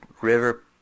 river